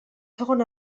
segon